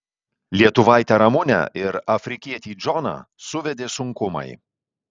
lietuvaitę ramunę ir afrikietį džoną suvedė sunkumai